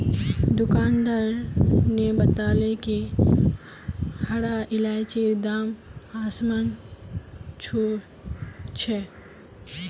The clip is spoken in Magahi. दुकानदार न बताले कि हरा इलायचीर दाम आसमान छू छ